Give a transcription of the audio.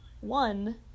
one